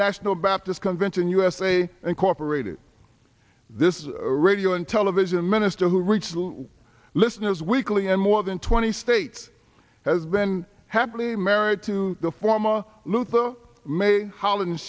national baptist convention usa incorporated this is radio and television minister who reached listeners weekly and more than twenty states has been happily married to the former luther may holland